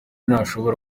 ntashobora